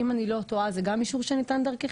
אם אני לא טועה זה גם אישור שניתן דרככם?